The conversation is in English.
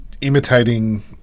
imitating